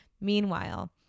meanwhile